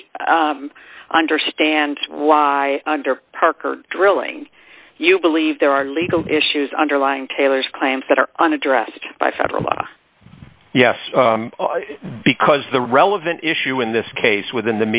me understand why under parker drilling you believe there are legal issues underlying taylor's claims that are unaddressed by federal law yes because the relevant issue in this case within